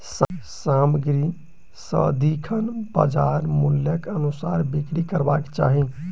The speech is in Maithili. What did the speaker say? सामग्री सदिखन बजार मूल्यक अनुसार बिक्री करबाक चाही